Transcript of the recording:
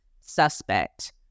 suspect